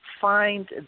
find